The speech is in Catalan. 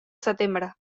setembre